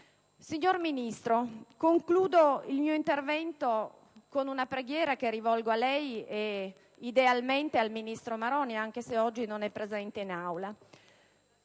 Signor Ministro, concludo il mio intervento con una preghiera che rivolgo a lei, e idealmente al ministro Maroni, anche se oggi non è presente in Aula.